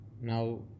Now